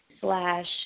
slash